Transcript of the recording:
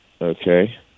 Okay